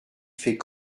fait